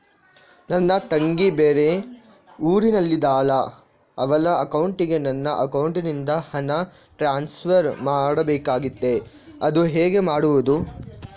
ನನ್ನ ತಂಗಿ ಬೇರೆ ಊರಿನಲ್ಲಿದಾಳೆ, ಅವಳ ಅಕೌಂಟಿಗೆ ನನ್ನ ಅಕೌಂಟಿನಿಂದ ಹಣ ಟ್ರಾನ್ಸ್ಫರ್ ಮಾಡ್ಬೇಕಾಗಿದೆ, ಅದು ಹೇಗೆ ಮಾಡುವುದು?